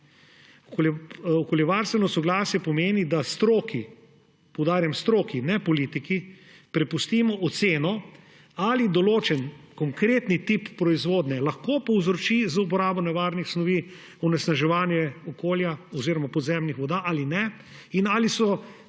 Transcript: Okoljevarstveno soglasje pomeni, da stroki – poudarjam stroki, ne politiki – prepustimo oceno, ali določen konkreten tip proizvodnje lahko povzroči z uporabo nevarnih snovi onesnaževanje okolja oziroma podzemnih voda ali ne in ali so